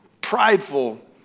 prideful